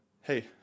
hey